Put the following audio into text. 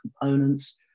components